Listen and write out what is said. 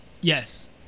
Yes